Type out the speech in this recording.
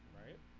right